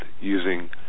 using